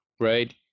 right